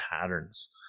patterns